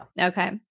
okay